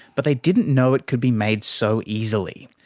but they didn't know it could be made so easily.